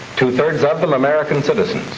two-thirds of them american citizens.